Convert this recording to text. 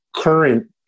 current